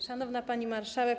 Szanowna Pani Marszałek!